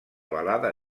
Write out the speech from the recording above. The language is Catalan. balada